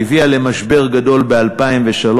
שהביאה למשבר גדול ב-2003,